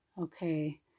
Okay